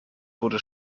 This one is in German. wurde